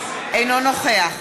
אינו נוכח